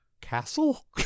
castle